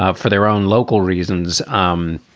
ah for their own local reasons, um